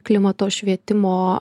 klimato švietimo